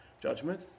judgment